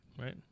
right